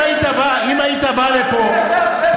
תקשיב, אם היית בא לפה, זה מרצדס?